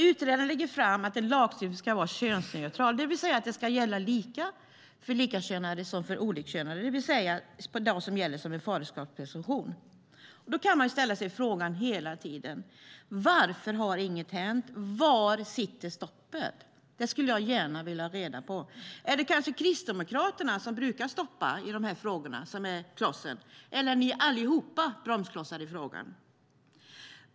Utredaren lägger fram ett förslag om att lagstiftningen ska vara könsneutral, det vill säga att den ska gälla lika för likkönade och för olikkönade på samma sätt som gäller vid faderskapspresumtion. Man ställer sig hela tiden frågan: Varför har inget hänt? Var sitter stoppet? Det skulle jag gärna vilja ha reda på. Är det kanske Kristdemokraterna, som brukar stoppa de här frågorna, som är klossen? Eller är ni allihop bromsklossar i frågan?